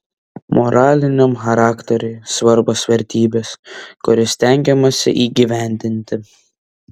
moraliniam charakteriui svarbios vertybės kurias stengiamasi įgyvendinti